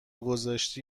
گذاشتی